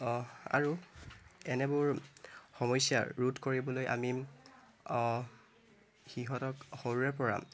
আৰু এনেবোৰ সমস্যা ৰোধ কৰিবলৈ আমি সিহঁতক সৰুৰে পৰা